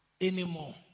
anymore